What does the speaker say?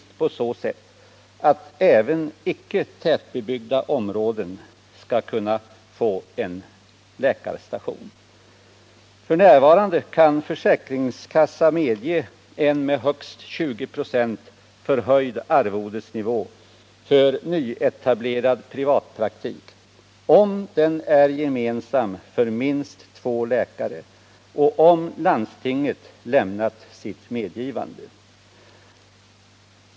Detta skulle kunna uppnås inte minst genom att man skapade möjligheter att inrätta läkarstation även inom icke tätbebyggda områden. F. n. kan försäkringskassa medge en med högst 20 96 förhöjd arvodesnivå för nyetablerad privatpraktik endast om den är gemensam för minst två läkare och om landstinget lämnat sitt medgivande.